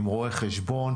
עם רואי חשבון,